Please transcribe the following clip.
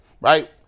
right